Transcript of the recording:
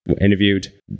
interviewed